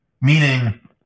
meaning